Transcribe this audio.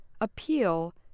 appeal